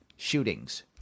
Shootings